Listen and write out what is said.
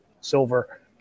silver